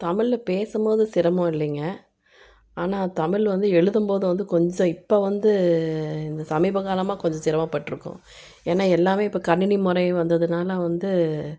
தமிழில் பேசும்போது சிரமம் இல்லைங்க ஆனால் தமிழ் வந்து எழுதும் போது வந்து கொஞ்சம் இப்போ வந்து இந்த சமீப காலமாக கொஞ்சம் சிரமப்பட்ருக்கோம் ஏன்னா எல்லாமே இப்போ கணினி முறையே வந்ததுனால வந்து